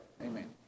Amen